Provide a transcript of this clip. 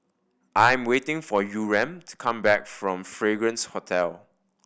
I'm waiting for Yurem to come back from Fragrance Hotel